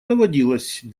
доводилось